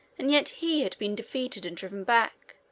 and yet he had been defeated and driven back,